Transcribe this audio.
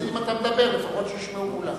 אם אתה מדבר, לפחות שישמעו כולם.